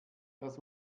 das